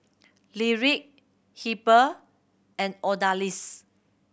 Lyric Heber and Odalys